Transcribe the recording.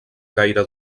gaire